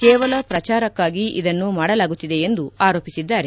ಕೇವಲ ಪ್ರಚಾರಕ್ಕಾಗಿ ಇದನ್ನು ಮಾಡಲಾಗುತ್ತಿದೆ ಎಂದು ಆರೋಪಿಸಿದ್ದಾರೆ